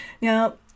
Now